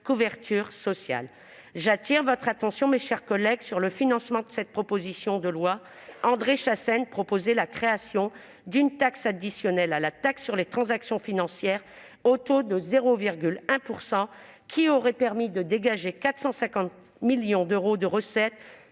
collègues, j'attire votre attention sur le financement de cette proposition de loi. André Chassaigne proposait la création d'une taxe additionnelle à la taxe sur les transactions financières au taux de 0,1 %, qui aurait permis de dégager 450 millions d'euros de recettes.